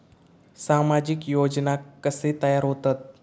सामाजिक योजना कसे तयार होतत?